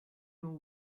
know